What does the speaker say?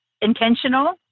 intentional